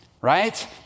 Right